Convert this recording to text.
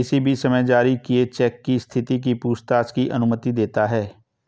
किसी भी समय जारी किए चेक की स्थिति की पूछताछ की अनुमति देता है